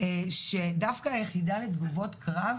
שדווקא ה"יחידה לתגובות קרב"